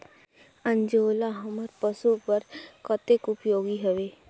अंजोला हमर पशु बर कतेक उपयोगी हवे?